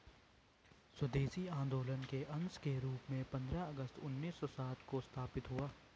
स्वदेशी आंदोलन के अंश के रूप में पंद्रह अगस्त उन्नीस सौ सात को स्थापित हुआ